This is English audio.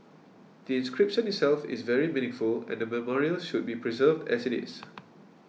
the inscription itself is very meaningful and memorial should be preserved as it is